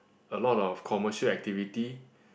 a lot of commercial activity